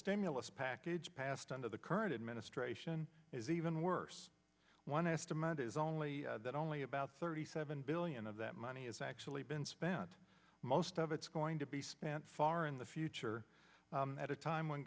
stimulus package passed under the current administration is even worse one estimate is only that only about thirty seven billion of that money has actually been spent most of it's going to be spent far in the future at a time when